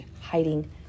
hiding